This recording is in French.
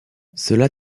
cela